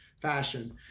fashion